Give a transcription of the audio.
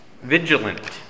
vigilant